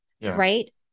Right